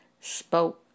spoke